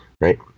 right